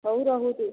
ହଉ ରହୁଛି